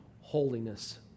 holiness